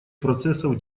процессов